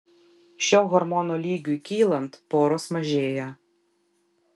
šio hormono lygiui kylant poros mažėja